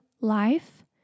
Life